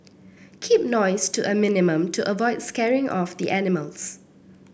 keep noise to a minimum to avoid scaring off the animals